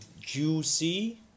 juicy